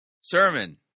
sermon